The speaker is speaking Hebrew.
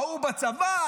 ההוא בצבא,